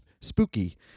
spooky